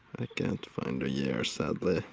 can't find a year sadly